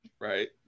Right